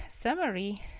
summary